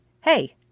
hey